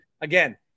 Again